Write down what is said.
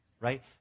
right